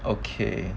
okay